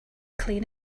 clean